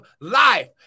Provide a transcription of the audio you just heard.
life